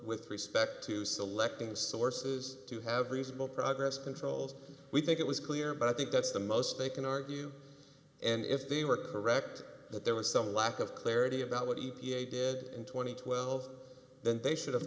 with respect to selecting sources to have reasonable progress controls we think it was clear but i think that's the most they can argue and if they were correct that there was some lack of clarity about what e t a did in two thousand and twelve then they should have